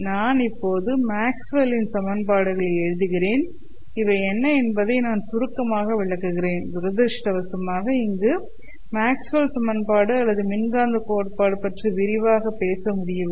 நான் இப்போது மேக்ஸ்வெல்லின் சமன்பாடுகளை எழுதுகிறேன் இவை என்ன என்பதை நான் சுருக்கமாக விளக்குகிறேன் துரதிர்ஷ்டவசமாக இங்கு மேக்ஸ்வெல் Maxwell's சமன்பாடு அல்லது மின்காந்தக் கோட்பாடு பற்றி விரிவாக பேச முடியவில்லை